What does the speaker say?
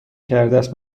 کردست